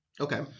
Okay